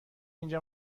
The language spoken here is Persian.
اینجا